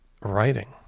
writing